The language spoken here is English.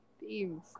Themes